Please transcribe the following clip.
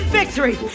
victory